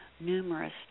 numerous